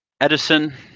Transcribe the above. Edison